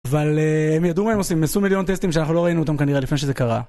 אבל הם ידעו מה הם עושים, עשו מיליון טסטים שאנחנו לא ראינו אותם כנראה לפני שזה קרה